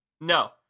No